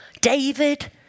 David